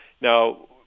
Now